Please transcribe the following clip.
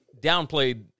downplayed